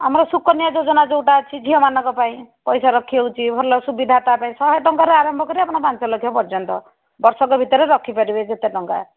ଆମର ସୁକନ୍ୟା ଯୋଜନା ଯେଉଁଟା ଅଛି ଝିଅମାନଙ୍କ ପାଇଁ ପଇସା ରଖି ହେଉଛି ଭଲ ସୁବିଧା ତାପାଇଁ ଶହେ ଟଙ୍କାରୁ ଆରମ୍ଭ କରି ଆପଣ ପାଞ୍ଚଲକ୍ଷ ପର୍ଯ୍ୟନ୍ତ ବର୍ଷକ ଭିତରେ ରଖିପାରିବେ ଯେତେ ଟଙ୍କା